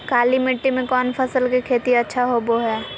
काली मिट्टी में कौन फसल के खेती अच्छा होबो है?